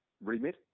remit